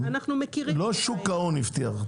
לא שוק ההון הבטיח,